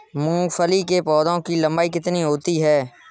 मूंगफली के पौधे की लंबाई कितनी होती है?